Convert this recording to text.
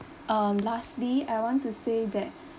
um lastly I want to say that